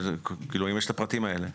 האם יש את הפרטים האלה?